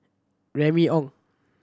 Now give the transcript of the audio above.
Remy Ong